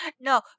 No